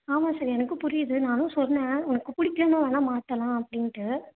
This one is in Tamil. ஆமாம் சார் எனக்கும் புரியுது நானும் சொன்னேன் உனக்கு பிடிக்கலனா வேணா மாற்றலாம் அப்படின்ட்டு